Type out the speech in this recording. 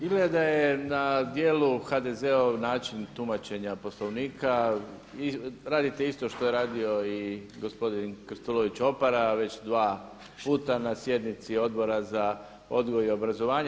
Izgleda da je na djelu HDZ-ov način tumačenja Poslovnika i radite isto što je radio i gospodin Krstulović Opara već dva puta na sjednici Odbor za odgoj i obrazovanje.